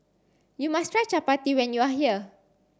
you must try Chapati when you are here